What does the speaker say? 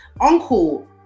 Uncle